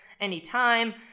anytime